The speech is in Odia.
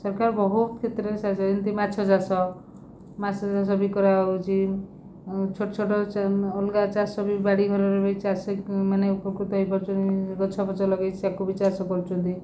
ସରକାର ବହୁ କ୍ଷେତ୍ରରେ ସାହାଯ୍ୟ ଯେମିତି ମାଛଚାଷ ମାଛଚାଷ ବି କରାହେଉଛି ଛୋଟ ଛୋଟ ଅଲଗା ଚାଷ ବି ବାଡ଼ି ଘରରେ ବି ଚାଷ ମାନେ ଉପକୃତ ହୋଇପାରୁଛନ୍ତି ଗଛ ଫଛ ଲଗେଇ ତାକୁ ବି ଚାଷ କରୁଛନ୍ତି